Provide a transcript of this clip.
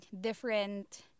different